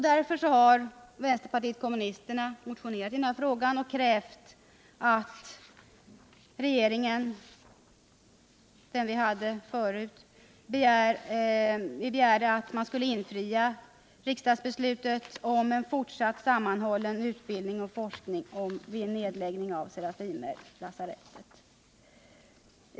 Därför har vänsterpartiet kommunisterna motionerat i den här frågan och krävt att regeringen — den vi hade förut — skulle infria riksdagsbeslutet om fortsatt sammanhållen utbildning och forskning vid en nedläggning av Serafimerlasarettet.